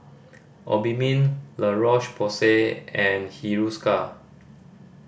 Obimin La Roche Porsay and Hiruscar